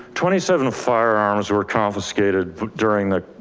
twenty seven of firearms were confiscated during the